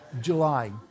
July